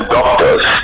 Doctors